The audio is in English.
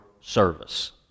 service